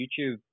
YouTube